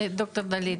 ד"ר דלית,